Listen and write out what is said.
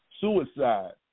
suicide